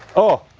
oh.